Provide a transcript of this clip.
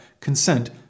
consent